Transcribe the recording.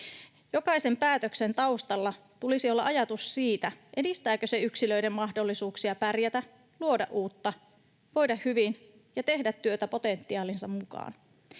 Jokaisen päätöksen taustalla tulisi olla ajatus siitä, edistääkö se yksilöiden mahdollisuuksia pärjätä, luoda uutta, voida hyvin ja tehdä työtä potentiaalinsa mukaan,